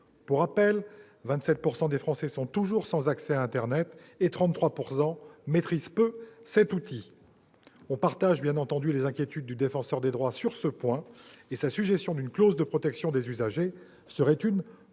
Pour rappel, 27 % des Français sont toujours sans accès à internet et 33 % maîtrisent peu cet outil. Nous partageons bien entendu les inquiétudes du Défenseur des droits sur ces points. Sa suggestion d'introduire une clause de protection des usagers serait une bonne